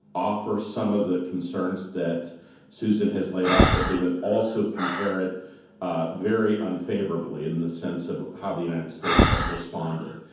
offer some of the concerns that susan has laid out. but they would also compare it ah very unfavorably in the sense of how the united states has responded.